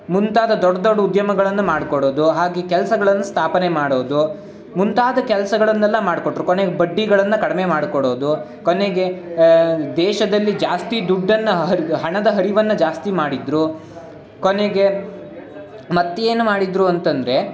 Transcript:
ಮುಂತಾದ ದೊಡ್ಡ ದೊಡ್ಡ ಉದ್ಯಮಗಳನ್ನು ಮಾಡಿಕೊಡೋದು ಹಾಗೇ ಕೆಲ್ಸಗಳನ್ನು ಸ್ಥಾಪನೆ ಮಾಡೋದು ಮುಂತಾದ ಕೆಲ್ಸಗಳನ್ನೆಲ್ಲ ಮಾಡಿಕೊಟ್ರು ಕೊನೆಗೆ ಬಡ್ಡಿಗಳನ್ನು ಕಡಿಮೆ ಮಾಡಿಕೊಡೋದು ಕೊನೆಗೆ ದೇಶದಲ್ಲಿ ಜಾಸ್ತಿ ದುಡ್ಡನ್ನು ಹರಿ ಹಣದ ಹರಿವನ್ನು ಜಾಸ್ತಿ ಮಾಡಿದರು ಕೊನೆಗೆ ಮತ್ತೆ ಏನು ಮಾಡಿದರು ಅಂತಂದರೆ